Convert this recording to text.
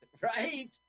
right